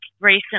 recently